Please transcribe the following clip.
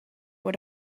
what